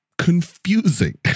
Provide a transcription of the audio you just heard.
confusing